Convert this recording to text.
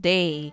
Day